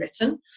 written